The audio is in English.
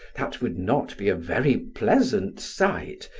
that would not be a very pleasant sight,